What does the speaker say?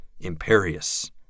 imperious